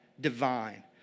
divine